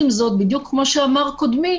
עם זאת, בדיוק כמו שאמר קודמי,